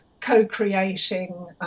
co-creating